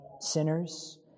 sinners